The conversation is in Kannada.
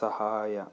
ಸಹಾಯ